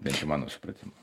bet čia mano supratimu